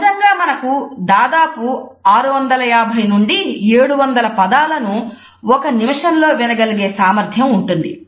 సహజంగా మనకు దాదాపు 650 నుండి 700 పదాలను ఒక నిమిషంలో వినగలిగే సామర్థ్యం ఉంటుంది